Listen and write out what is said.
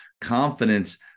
confidence –